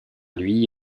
lui